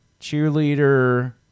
cheerleader